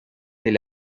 del